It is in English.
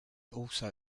also